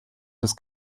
des